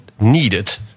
needed